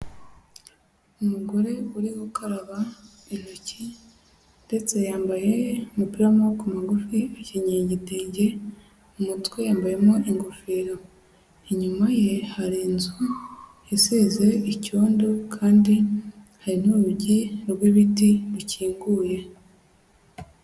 Umugore uri gukaraba intoki, ndetse yambaye umupira wa maboko magufi, akenyeye igitenge, mu mutwe yambayemo ingofero. Inyuma ye hari inzu isize icyondo kandi hari n'urugi rw'ibiti bikinguye.